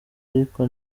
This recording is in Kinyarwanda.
ariko